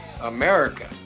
America